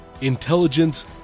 intelligence